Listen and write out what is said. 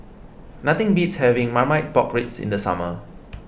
nothing beats having Marmite Pork Ribs in the summer